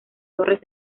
torres